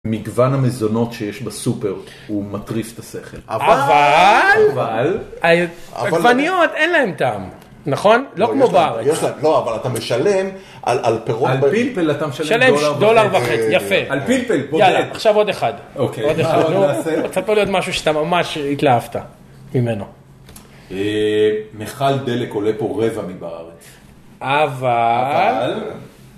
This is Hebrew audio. מגוון המזונות שיש בסופר, הוא מטריף את השכל. אבל... בגווניות אין להם טעם, נכון? לא כמו בארץ. לא, אבל אתה משלם על פירות... על פלפל אתה משלם דולר וחצי, יפה. על פלפל, בוא נעשה... יאללה, עכשיו עוד אחד. אוקיי, מה נעשה? רוצה פה להיות משהו שאתה ממש התלהבת ממנו. מחל דלק עולה פה רבע מבארץ. אבל...